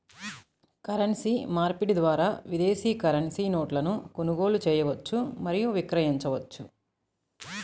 currency మార్పిడి ద్వారా విదేశీ కరెన్సీ నోట్లను కొనుగోలు చేయవచ్చు మరియు విక్రయించవచ్చు